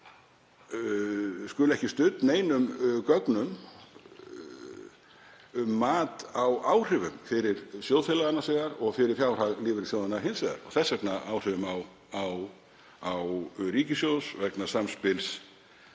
er ekki studd neinum gögnum um mat á áhrifum fyrir sjóðfélaga annars vegar og fyrir fjárhag lífeyrissjóðanna hins vegar, þess vegna áhrifum á ríkissjóð vegna samspils